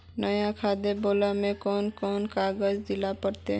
नया खाता खोले में कौन कौन कागज देल पड़ते?